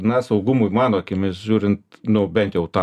na saugumui mano akimis žiūrint nu bent jau tą